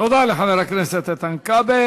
תודה לחבר הכנסת איתן כבל.